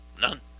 None